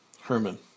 Herman